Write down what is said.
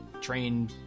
train